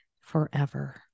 forever